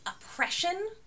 oppression